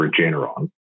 Regeneron